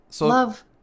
Love